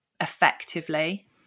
effectively